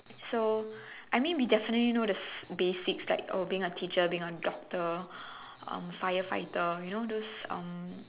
so I mean we definitely know the basics like oh being a teacher being a doctor um firefighter you know those um